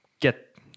get